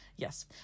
yes